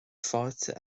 fáilte